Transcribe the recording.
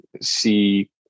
see